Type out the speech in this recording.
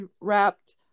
wrapped